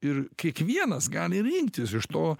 ir kiekvienas gali rinktis iš to